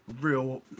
real